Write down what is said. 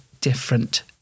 different